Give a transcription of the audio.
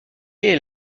est